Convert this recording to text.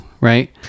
right